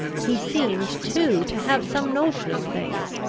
he seemed, too, to have some notion of things